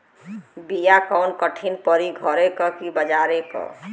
बिया कवन ठीक परी घरे क की बजारे क?